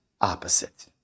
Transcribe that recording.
opposite